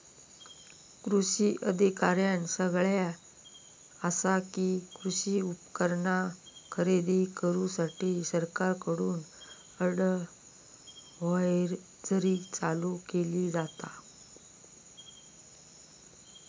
कृषी अधिकाऱ्यानं सगळ्यां आसा कि, कृषी उपकरणा खरेदी करूसाठी सरकारकडून अडव्हायजरी चालू केली जाता